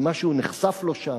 עם מה שהוא נחשף לו שם,